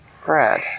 Fred